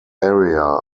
area